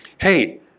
hey